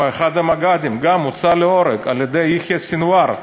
גם הוצא להורג על-ידי יחיא סנואר,